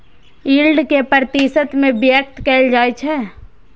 yield कें प्रतिशत मे व्यक्त कैल जाइ छै